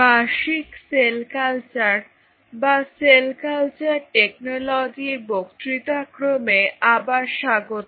বার্ষিক cell culture বা cell culture টেকনোলজির বক্তৃতা ক্রমে আবার স্বাগত